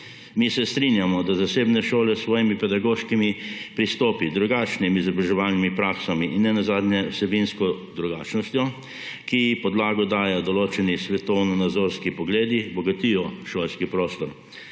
Mi se strinjamo, da zasebne šole s svojimi pedagoškimi pristopi, drugačnimi izobraževalnimi praksami in nenazadnje vsebinsko drugačnostjo, ki ji podlago dajejo določeni svetovnonazorski pogledi, bogatijo šolski prostor.